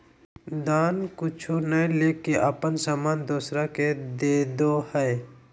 दान कुछु नय लेके अपन सामान दोसरा के देदो हइ